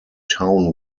town